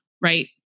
right